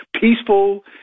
peaceful